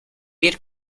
bir